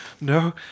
No